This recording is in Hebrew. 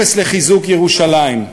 אפס לחיזוק ירושלים,